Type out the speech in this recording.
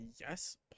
yes